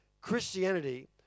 christianity